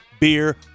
Beer